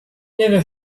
never